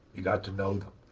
you got to know them.